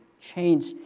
change